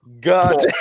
God